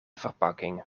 verpakking